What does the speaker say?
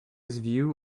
view